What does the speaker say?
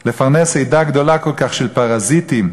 לפרנס עדה גדולה כל כך של פרזיטים".